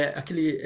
aquele